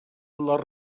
les